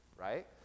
right